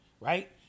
right